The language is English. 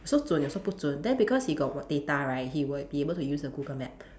有时候准有时候不准 then because he got data right he would be able to use the Google map